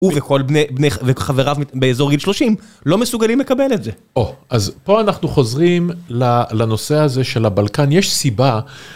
הוא וכל בני וחבריו באזור גיל 30 לא מסוגלים לקבל את זה. או, אז פה אנחנו חוזרים לנושא הזה של הבלקן, יש סיבה.